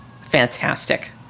Fantastic